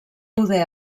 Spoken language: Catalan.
poder